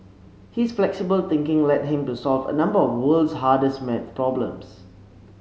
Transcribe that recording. his flexible thinking led him to solve a number of world's hardest maths problems